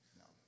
no